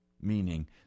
meaning